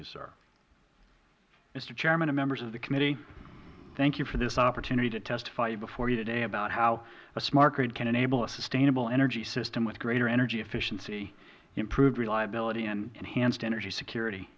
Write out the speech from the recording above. mister chairman and members of the committee thank you for this opportunity to testify before you today about how a smart grid can enable a sustainable energy system with greater energy efficiency improved reliability and enhanced energy security